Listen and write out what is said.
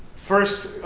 first